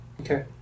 Okay